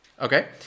Okay